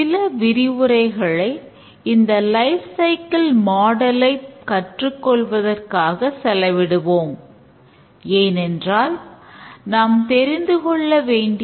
சில விரிவுரைகளை இந்த லைப் சைக்கிள் மாடலை என்ன இருக்கிறது என்பதை நாம் தெரிந்துகொள்ள வேண்டும்